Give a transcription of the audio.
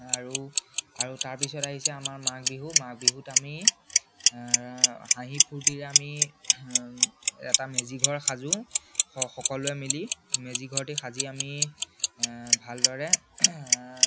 আৰু আৰু তাৰপিছত আহিছে আমাৰ মাঘ বিহু মাঘ বিহুত আমি হাঁহি ফূৰ্তিৰে আমি এটা মেজি ঘৰ সাজোঁ সকলোৱে মিলি মেজি ঘৰটি সাজি আমি ভালদৰে